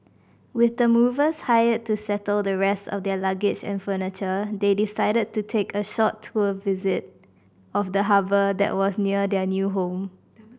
with the movers hired to settle the rest of their luggage and furniture they decided to take a short tour visit of the harbour that was near their new home